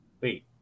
wait